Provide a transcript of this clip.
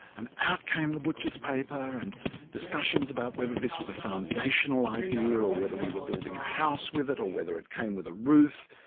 and out came the butcher's paper, and discussions about whether this was a foundational idea or whether we were building a house with it or whether it came with a roof.